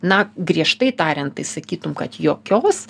na griežtai tariant tai sakytum kad jokios